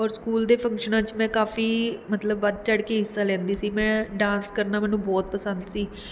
ਔਰ ਸਕੂਲ ਦੇ ਫੰਕਸ਼ਨਾਂ ਵਿੱਚ ਮੈਂ ਕਾਫੀ ਮਤਲਬ ਵੱਧ ਚੜ੍ਹ ਕੇ ਹਿੱਸਾ ਲੈਂਦੀ ਸੀ ਮੈਂ ਡਾਂਸ ਕਰਨਾ ਮੈਨੂੰ ਬਹੁਤ ਪਸੰਦ ਸੀ